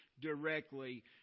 directly